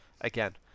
Again